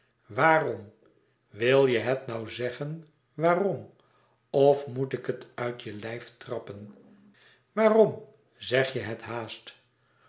waarom wil je het nou zeggen waarom of moet ik het je uit je lijf trappen waarom zeg je het haast